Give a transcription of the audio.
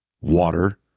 Water